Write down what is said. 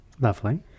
Lovely